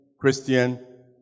Christian